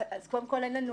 קודם כול, אין לנו